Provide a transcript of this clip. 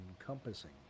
encompassing